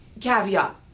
Caveat